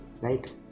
Right